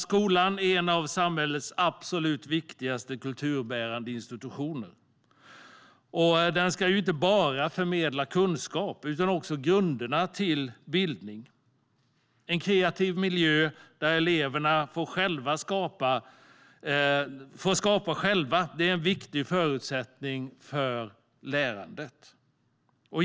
Skolan är en av samhällets absolut viktigaste kulturbärande institutioner, och den ska inte bara förmedla kunskap utan också grunderna för bildning. En kreativ miljö där eleverna själva får skapa är en viktig förutsättning för lärandet.